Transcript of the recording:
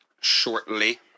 shortly